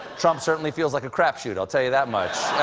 trump certainly feels like a crapshoot. i'll tell you that much.